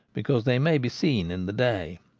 because they may be seen in the day.